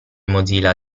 mozilla